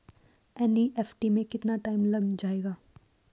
NEFT में कितना time लग जाएगा?